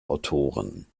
autoren